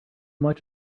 much